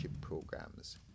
programs